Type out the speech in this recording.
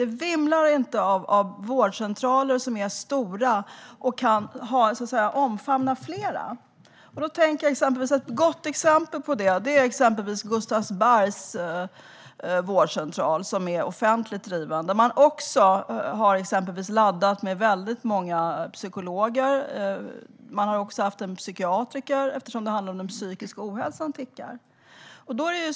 Det vimlar inte av stora vårdcentraler som kan omfamna fler. Ett gott exempel är den offentligt drivna Gustavsbergs vårdcentral. Där finns till exempel många psykologer. Där har också funnits en psykiatriker. Den psykiska ohälsan tickar.